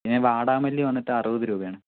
ഇനി വാടാമല്ലി വന്നിട്ട് അറുപത് രൂപയാണ്